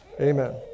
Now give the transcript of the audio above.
Amen